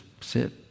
sit